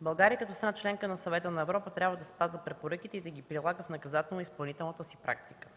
България като страна – членка на Съвета на Европа, трябва да спазва препоръките и да ги прилага в наказателната и изпълнителната си практика.